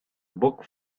book